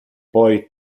poi